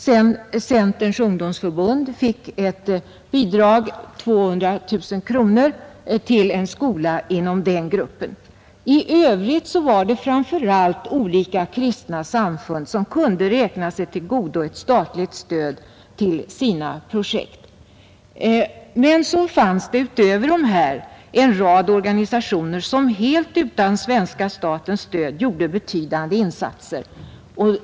Vidare fick Centerns ungdomsförbund ett bidrag på 200 000 kronor till en skola. I övrigt var det i denna grupp framför allt olika kristna samfund som kunde räkna sig till godo ett statligt stöd till sina projekt. Men dessutom fanns det även en rad organisationer som helt utan svenska statens stöd gjorde betydande insatser.